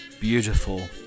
beautiful